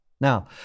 Now